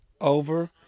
over